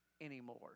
anymore